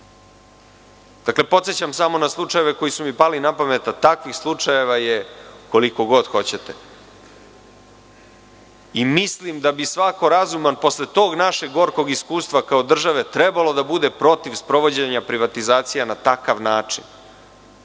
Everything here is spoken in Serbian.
Dakle, podsećam samo na slučajeve koji su mi pali napamet, a takvih slučajeva je koliko god hoćete. Mislim da bi svako razuman, posle tog našeg gorkog iskustva kao države trebalo da bude protiv sprovođenja privatizacija na takav način